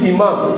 Imam